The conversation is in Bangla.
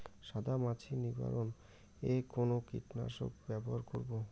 সাদা মাছি নিবারণ এ কোন কীটনাশক ব্যবহার করব?